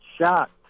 shocked